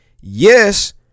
yes